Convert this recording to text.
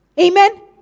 Amen